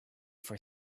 for